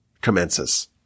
commences